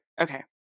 okay